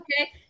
okay